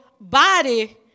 body